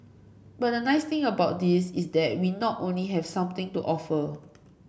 but the nice thing about this is that we not only have something to offer